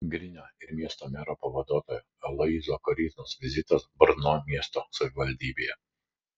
grinio ir miesto mero pavaduotojo aloyzo koryznos vizitas brno miesto savivaldybėje